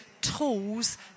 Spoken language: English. tools